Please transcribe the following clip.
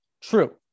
true